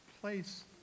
place